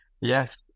Yes